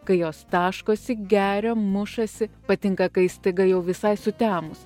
kai jos taškosi geria mušasi patinka kai staiga jau visai sutemus